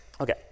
Okay